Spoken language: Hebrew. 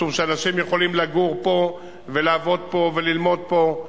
משום שאנשים יכולים לגור פה ולעבוד פה וללמוד פה,